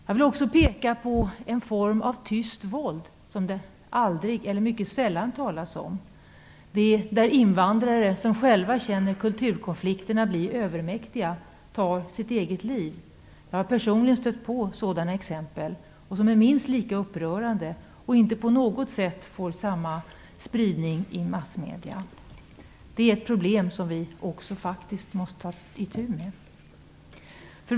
Jag vill också peka på en form av tyst våld som det aldrig eller mycket sällan talas om, nämligen när invandrare som själva känner kulturkonflikterna bli övermäktiga tar sitt eget liv. Jag har personligen stött på sådana exempel, som är minst lika upprörande och som inte på något sätt får samma spridning i massmedierna. Det är ett problem som vi också måste ta itu med.